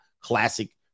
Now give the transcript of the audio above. classic